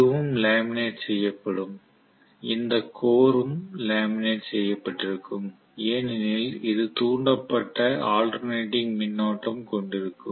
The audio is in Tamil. இதுவும் லேமினேட் செய்யப்படும் இந்த கோர் ம் லேமினேட் செய்யப்பட்டிருக்கும் ஏனெனில் இது தூண்டப்பட்ட அல்டெர்னட்டிங் மின்னோட்டம் கொண்டிருக்கும்